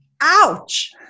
ouch